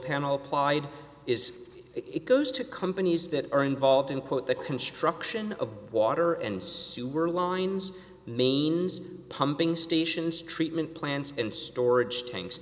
panel applied is it goes to companies that are involved in quote the construction of water and sewer lines mains pumping stations treatment plants and storage tanks